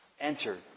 Enter